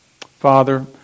Father